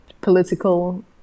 political